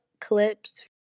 clips